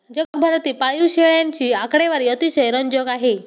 जगभरातील पाळीव शेळ्यांची आकडेवारी अतिशय रंजक आहे